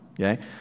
okay